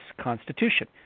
Constitution